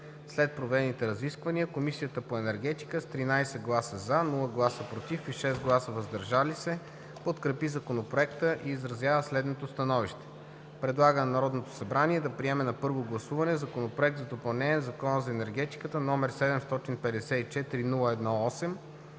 След проведените разисквания Комисията по енергетика с 13 гласа „за“, без „против“ и 6 гласа „въздържал се“ подкрепи Законопроекта и изразява следното становище: предлага на Народното събрание да приеме на първо гласуване Законопроект за допълнение на Закона за енергетиката, № 754-01-8,